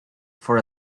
for